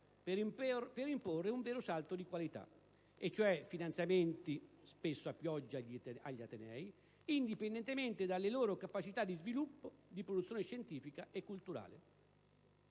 per imporre un vero salto di qualità, cioè finanziamenti a pioggia agli atenei, indipendentemente dalle loro capacità di sviluppo e di produzione scientifica e culturale.